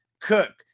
Cook